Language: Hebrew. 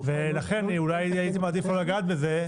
לכן, הייתי אולי מעדיף לא לגעת בזה.